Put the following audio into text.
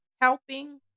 helping